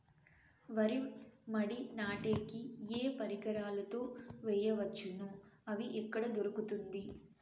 వరి మడి నాటే కి ఏ పరికరాలు తో వేయవచ్చును అవి ఎక్కడ దొరుకుతుంది?